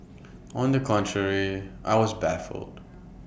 on the contrary I was baffled